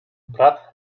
brat